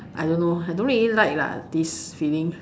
I don't know I don't really like lah these feeling